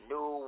New